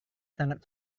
sangat